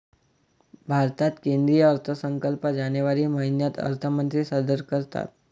भारतात केंद्रीय अर्थसंकल्प जानेवारी महिन्यात अर्थमंत्री सादर करतात